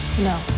No